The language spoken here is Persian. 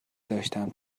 داشتم